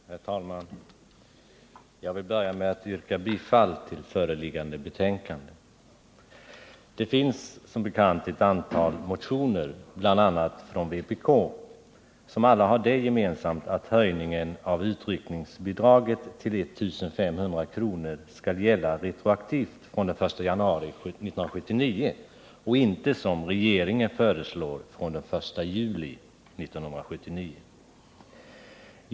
Herr talman! Jag vill börja med att yrka bifall till föreliggande betänkande. Det finns som bekant ett antal motioner, bl.a. från vpk, som alla har det gemensamt att höjningen av utryckningsbidraget till 1 500 kr. skall gälla retroaktivt från den I januari 1979 och inte, som regeringen föreslår, från den 1 juli 1979.